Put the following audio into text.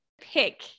pick